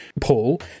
Paul